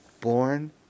born